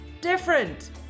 different